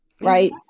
Right